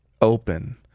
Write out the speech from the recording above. open